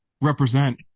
represent